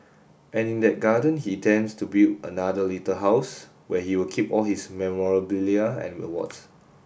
and in that garden he intends to build another little house where he will keep all his memorabilia and awards